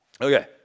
Okay